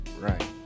right